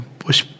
push